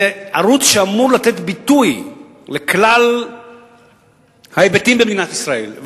זה ערוץ שאמור לתת ביטוי לכלל ההיבטים במדינת ישראל,